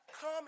Come